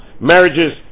marriages